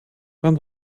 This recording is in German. dann